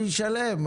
אני אשלם.